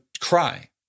cry